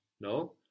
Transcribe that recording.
no